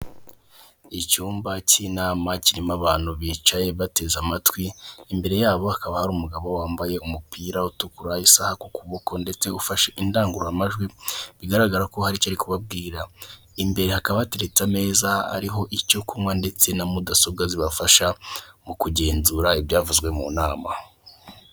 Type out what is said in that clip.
Icyumba cy'inama kirimo abantu bicaye bateze amatwi, imbere yabo hakaba hari umugabo wambaye umupira utukura isaha ku kuboko, ndetse ufashe indangururamajwi bigaragara ko hari icyo ari kubabwira, imbere hakaba hateretse neza ariho icyo kunywa ndetse na mudasobwa zibafasha mu kugenzura ibyavuzwe mu nama.